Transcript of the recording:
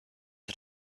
had